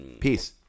Peace